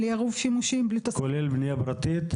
בלי עירוב שימושים ובלי תוספות --- כולל בנייה פרטית?